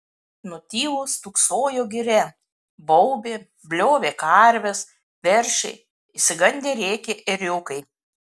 nutilus stūksojo giria baubė bliovė karvės veršiai išsigandę rėkė ėriukai